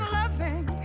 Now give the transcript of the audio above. loving